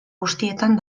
guztietan